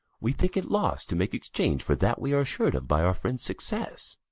we think it loss to make exchange for that we are assur'd of by our friend's success.